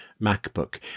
MacBook